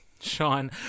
Sean